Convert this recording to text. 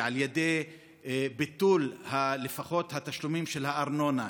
לפחות על ידי ביטול התשלומים של הארנונה,